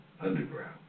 Underground